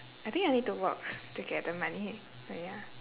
I think I need to work to get the money but ya